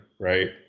right